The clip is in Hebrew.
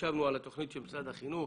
התיישבנו על התוכנית של משרד החינוך.